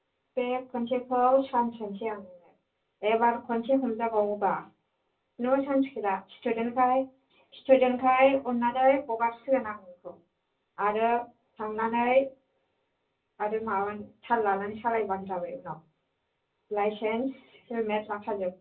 बे खनसेखौ सान्स होनसै आं नोंनो एबार खनसे हमजा बावोबा खुनु सान्स गैला स्टुदेन्टखाइ स्टुदेन्टखाइ अननानै हगारसिगोन आं नोंखौ आरो थांनानै आरो माबा थाल लानानै सालायबानो जाबाय उनाव लाइसेनस हेल्मेट लाफाजोब